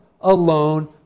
alone